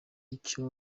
icyo